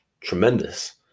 tremendous